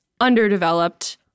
underdeveloped